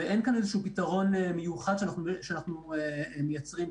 ואין כאן איזה פתרון מיוחד שאנחנו מייצרים,